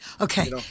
Okay